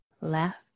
left